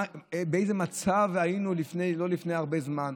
באיזה מצב היינו לא לפני הרבה זמן,